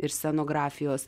ir scenografijos